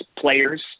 players